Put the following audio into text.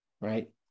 right